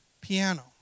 piano